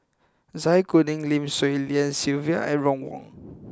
Zai Kuning Lim Swee Lian Sylvia and Ron Wong